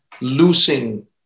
losing